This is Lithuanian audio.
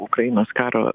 ukrainos karo